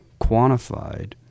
quantified